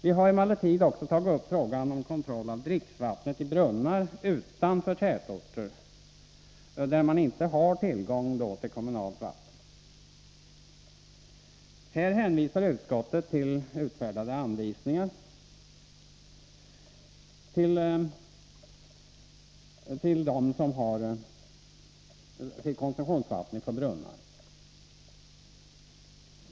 Vi har också tagit upp frågan om kontroll av dricksvattnet i brunnar utanför tätorter, där man inte har tillgång till kommunalt vatten. Här hänvisar utskottet till utfärdade anvisningar till dem som tar sitt konsumtionsvatten från egna brunnar.